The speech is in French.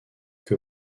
que